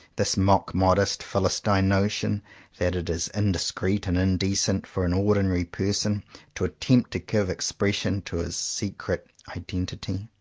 this mock-modest philistine notion that it is indiscreet and indecent for an ordinary person to attempt to give expression to his secret identity.